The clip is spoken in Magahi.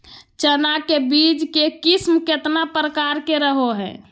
चना के बीज के किस्म कितना प्रकार के रहो हय?